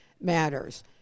matters